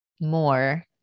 more